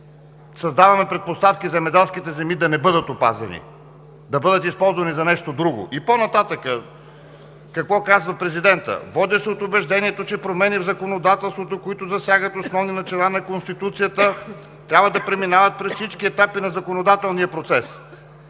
създаваме предпоставки земеделските земи да не бъдат опазени, да бъдат използвани за нещо друго? Какво казва Президентът по-нататък? – „Водя се от убеждението, че промени в законодателството, които засягат основни начала на Конституцията, трябва да преминават през всички етапи на законодателния процес.